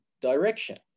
direction